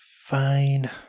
fine